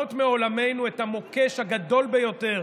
לפנות מעולמנו את המוקש הגדול ביותר,